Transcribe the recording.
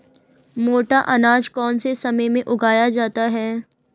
मोटा अनाज कौन से समय में उगाया जाता है?